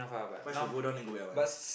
price will go down and go back one